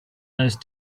those